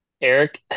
eric